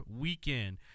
weekend